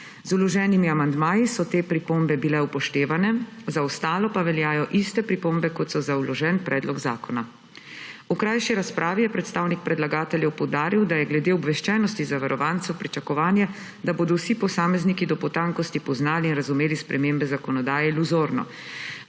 Z vloženimi amandmaji so te pripombe bile upoštevane, za ostalo pa veljajo iste pripombe kot so za vložen predlog zakona. V krajši razpravi je predstavnik predlagateljev poudaril, da je glede obveščenosti zavarovancev pričakovanje, da bodo vsi posamezniki do potankosti poznali in razumeli spremembe zakonodaje, iluzorno.